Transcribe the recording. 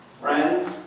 friends